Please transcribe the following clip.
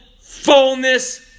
fullness